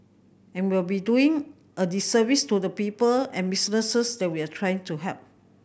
and we'll be doing a disservice to the people and businesses that we are trying to help